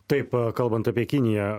taip kalbant apie kiniją